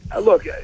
Look